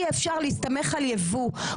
אי אפשר להסתמך על יבוא,